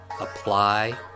Apply